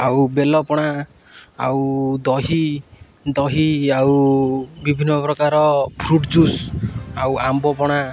ଆଉ ବେଲପଣା ଆଉ ଦହି ଦହି ଆଉ ବିଭିନ୍ନ ପ୍ରକାର ଫ୍ରୁଟ୍ ଜୁସ୍ ଆଉ ଆମ୍ବପଣା